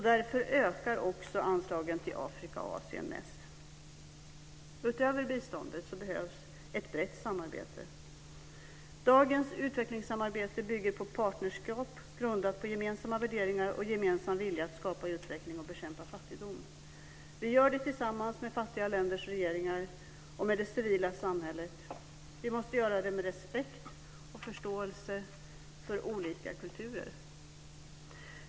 Därför ökar också anslagen till Afrika och Asien mest. Utöver biståndet behövs ett brett samarbete. Dagens utvecklingssamarbete bygger på partnerskap grundat på gemensamma värderingar och gemensam vilja att skapa utveckling och bekämpa fattigdom. Vi gör det tillsammans med fattiga länders regeringar och med det civila samhället. Vi måste göra det med respekt och förståelse för olika kulturer.